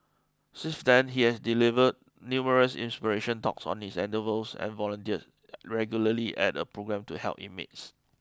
since then he has delivered numerous inspirational talks on his endeavours and volunteers regularly at a programme to help inmates